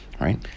right